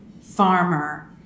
farmer